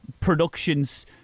productions